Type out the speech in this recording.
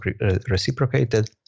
reciprocated